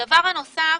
הדבר הנוסף